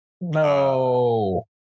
No